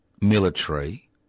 military